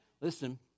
listen